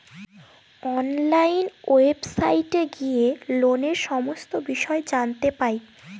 online ওয়েবসাইটে গিয়ে লোনের সমস্ত বিষয় জানতে পাই